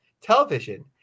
television